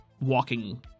walking